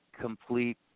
complete